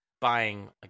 buying